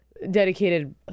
Dedicated